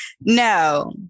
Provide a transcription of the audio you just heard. no